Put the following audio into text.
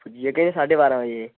पुज्जी जाह्गे साड्ढे बारां बजे